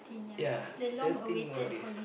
ya thirteen more days